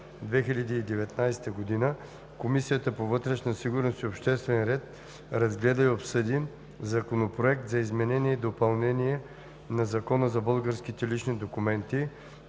2019 г., Комисията по вътрешна сигурност и обществен ред разгледа и обсъди Законопроект за изменение и допълнение на Закона за българските лични документи,